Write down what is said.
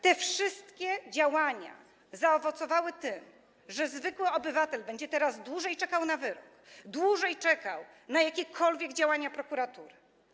Te wszystkie działania zaowocowały tym, że zwykły obywatel będzie teraz dłużej czekał na wyrok i na jakiekolwiek działania prokuratury.